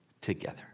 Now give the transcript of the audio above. together